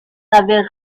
n’avait